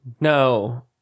No